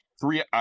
three